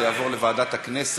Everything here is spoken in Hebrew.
אז זה יעבור לוועדת הכנסת,